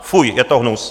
Fuj, je to hnus!